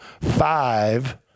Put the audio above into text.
five